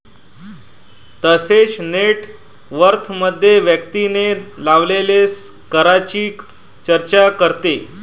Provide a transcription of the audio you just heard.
तसेच नेट वर्थमध्ये व्यक्तीने लावलेल्या करांची चर्चा करते